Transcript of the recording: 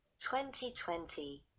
2020